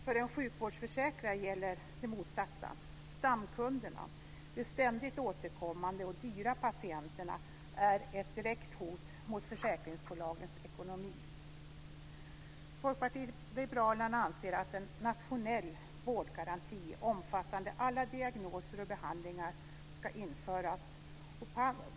För en sjukvårdsförsäkrare gäller det motsatta: Stamkunderna, de ständigt återkommande och dyra patienterna, är ett direkt hot mot försäkringsbolagens ekonomi. Folkpartiet liberalerna anser att en nationell vårdgaranti omfattande alla diagnoser och behandlingar ska införas.